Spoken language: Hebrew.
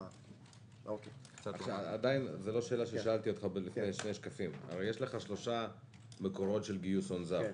כפי שכבר שאלתי אותך: יש לך שלושה מקורות של גיוס הון זר.